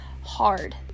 hard